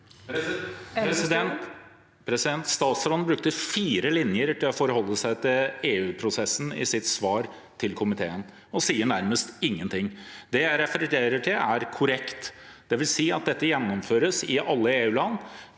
Statsråden brukte fire linjer til å forholde seg til EU-prosessen i sitt svar til komiteen, og sier nærmest ingenting. Det jeg refererer til, er korrekt, dvs. at dette gjennomføres i alle EU-land